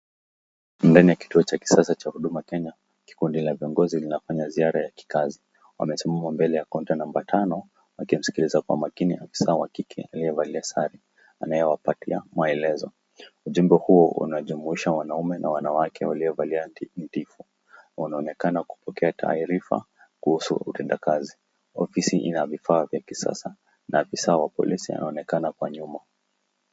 Ndani ya kituo cha kisasa cha huduma Kenya. Kikundi la viongozi linafanya ziara za kikazi. Wamesimama mbele ya counter , namba tano wakimsikiliza kwa makini ofisa wa kike aliyevalia sare anayewapatia maelezo. Ujumbe huo unajumuisha wanaume na wanawake waliovalia tigi tisa. Wanaonekana kupokea taarifa kuhusu utenda kazi. Ofisi inavifaa vya kisasa na afisa wa polisi anaonekana hapa nyuma.